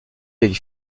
avec